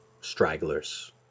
stragglers